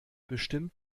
bestimmt